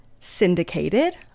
syndicated